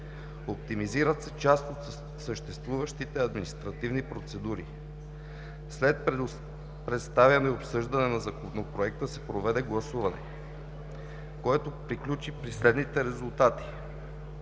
оптимизират се част от съществуващите административни процедури. След представяне и обсъждане на Законопроекта се проведе гласуване, което приключи при следните резултати: